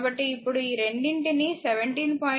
కాబట్టి ఇప్పుడు ఈ రెండింటిని 17